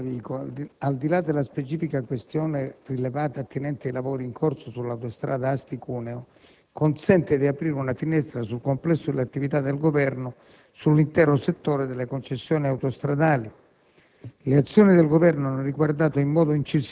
L'interrogazione presentata dal senatore Davico, al di là della specifica questione rilevata attinente ai lavori in corso sull'autostrada Asti-Cuneo, consente di aprire una finestra sul complesso delle attività del Governo sull'intero settore delle concessioni autostradali.